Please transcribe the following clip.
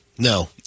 No